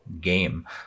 game